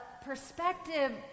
perspective